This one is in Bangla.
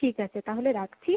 ঠিক আছে তাহলে রাখছি